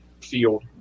field